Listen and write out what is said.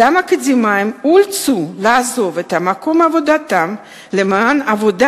אותם אקדמאים אולצו לעזוב את מקום עבודתם למען עבודה